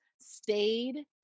stayed